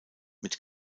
mit